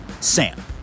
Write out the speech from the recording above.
Sam